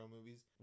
movies